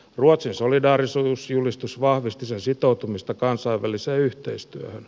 ruotsin solidaarisuusjulistus vahvisti sen sitoutumista kansainväliseen yhteistyöhön